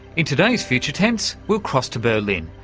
in today's future tense we'll cross to berlin,